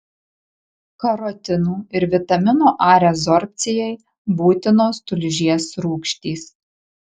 karotinų ir vitamino a rezorbcijai būtinos tulžies rūgštys